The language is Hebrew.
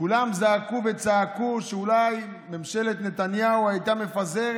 כולם זעקו וצעקו שאולי ממשלת נתניהו מפזרת,